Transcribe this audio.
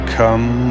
come